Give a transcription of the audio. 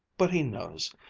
but he knows.